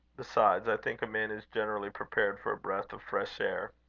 besides, i think a man is generally prepared for a breath of fresh air.